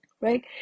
right